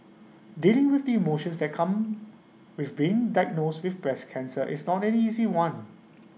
dealing with the emotions that come with being diagnosed with breast cancer is not an easy one